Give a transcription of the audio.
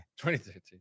2013